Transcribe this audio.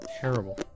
Terrible